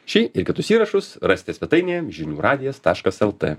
šį ir kitus įrašus rasite svetainėje žinių radijas taškas lt